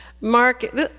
mark